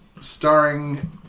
starring